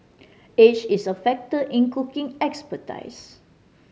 age is a factor in cooking expertise